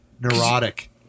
neurotic